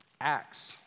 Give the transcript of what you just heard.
Acts